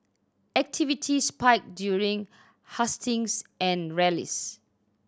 activity spiked during hustings and rallies